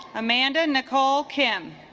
amanda nicole kim